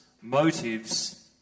motives